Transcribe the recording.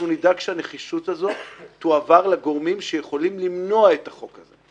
נדאג שהנחישות הזאת תועבר לגורמים שיכולים למנוע את החוק הזה,